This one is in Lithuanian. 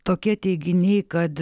tokie teiginiai kad